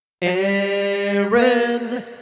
Aaron